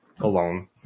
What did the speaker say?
alone